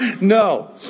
No